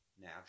now